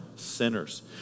sinners